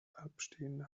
abstehende